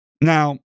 Now